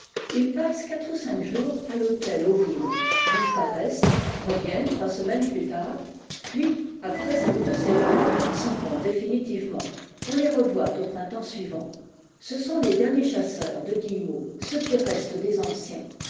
ils passent quatre ou cinq jours à l'hôtel hauville disparaissent reviennent trois semaines plus tard puis après un nouveau séjour s'en vont définitivement on les revoit au printemps suivant ce sont les derniers chasseurs de guillemots ceux qui restent des anciens